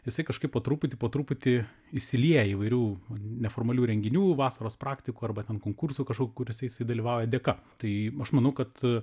jisai kažkaip po truputį po truputį įsilieja įvairių neformalių renginių vasaros praktikų arba ten konkursų kažkokių kur jisai dalyvauja dėka tai aš manau kad